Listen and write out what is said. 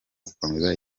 gukomeza